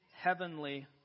heavenly